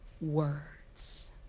words